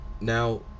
now